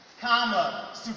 comma